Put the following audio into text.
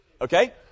Okay